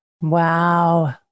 Wow